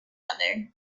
other